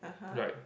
right